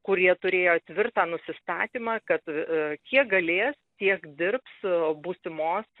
kurie turėjo tvirtą nusistatymą kad kiek galės tiek dirbs būsimos